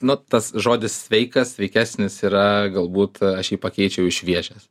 nu tas žodis sveikas sveikesnis yra galbūt aš jį pakeisčiau į šviežias